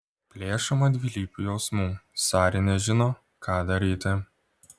plėšoma dvilypių jausmų sari nežino ką daryti